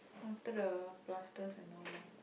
after the plasters and all lah